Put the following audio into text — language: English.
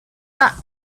that